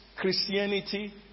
Christianity